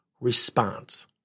response